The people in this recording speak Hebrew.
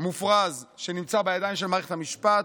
מופרז שנמצא בידיים של מערכת המשפט,